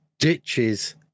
ditches